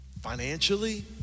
financially